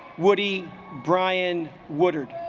woody brian woodard